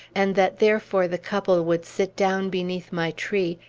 and that therefore the couple would sit down beneath my tree,